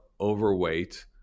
overweight